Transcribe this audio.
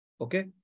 Okay